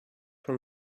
from